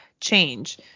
change